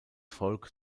volk